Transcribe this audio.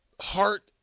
heart